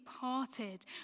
parted